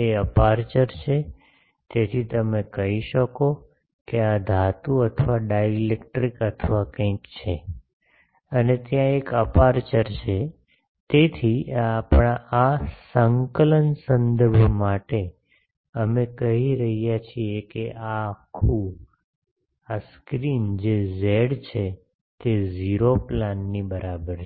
એ aperture છે તેથી તમે કહી શકો કે આ ધાતુ અથવા ડાઇલેક્ટ્રિક અથવા કંઈક છે અને ત્યાં એક અપેરચ્યોર છે તેથી આ આપણા સંકલન સંદર્ભ માટે અમે કહી રહ્યા છીએ કે આ આખું આહ સ્ક્રીન જે z છે તે 0 પ્લાન ની બરાબર છે